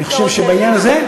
אני חושב שבעניין הזה,